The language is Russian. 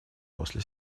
после